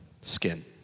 skin